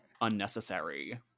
Unnecessary